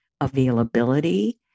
availability